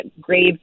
grave